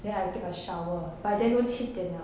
then I take a shower by then 都七点了